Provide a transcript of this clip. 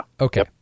Okay